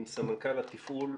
עם סמנכ"ל התפעול.